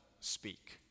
speak